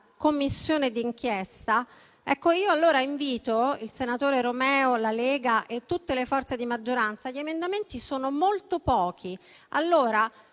Commissione d'inchiesta, allora rivolgo un invito al senatore Romeo, alla Lega e a tutte le forze di maggioranza. Gli emendamenti sono molto pochi.